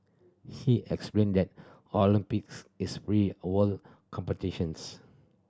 he explain that Olympics is free a world competitions